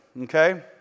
okay